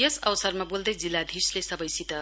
यस अवसरमा बोल्दै जिल्लाधीशले सबैसित